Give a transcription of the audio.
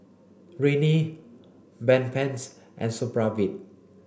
Rene Bedpans and Supravit